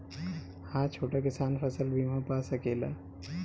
हा छोटा किसान फसल बीमा पा सकेला?